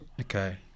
okay